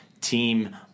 Team